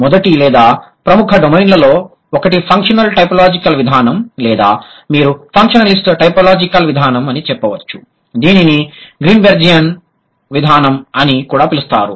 మొదటిది లేదా ప్రముఖ డొమైన్లలో ఒకటి ఫంక్షనల్ టైపోలాజికల్ విధానం లేదా మీరు ఫంక్షనలిస్ట్ టైపోలాజికల్ విధానం అని చెప్పవచ్చు దీనిని గ్రీన్బెర్జియన్ విధానం అని కూడా పిలుస్తారు